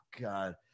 God